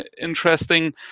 interesting